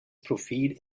profil